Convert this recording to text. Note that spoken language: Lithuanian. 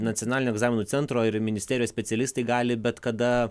nacionalinio egzaminų centro ir ministerijos specialistai gali bet kada